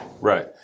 Right